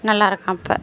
நல்லாயிருக்கான் இப்போ